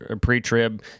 pre-trib